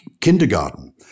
kindergarten